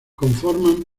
conforman